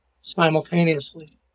simultaneously